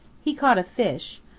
he caught a fish,